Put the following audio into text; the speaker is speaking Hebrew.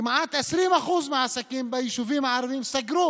כמעט 20% מהעסקים ביישובים הערביים סגרו